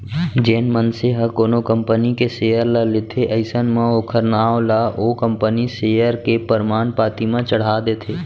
जेन मनसे ह कोनो कंपनी के सेयर ल लेथे अइसन म ओखर नांव ला ओ कंपनी सेयर के परमान पाती म चड़हा देथे